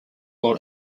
will